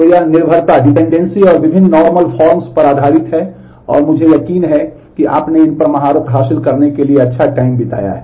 तो यह निर्भरता बिताया है